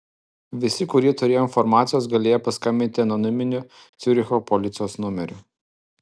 visi kurie turėjo informacijos galėjo paskambinti anoniminiu ciuricho policijos numeriu